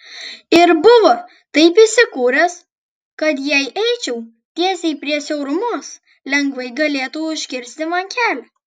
ir buvo taip įsikūręs kad jei eičiau tiesiai prie siaurumos lengvai galėtų užkirsti man kelią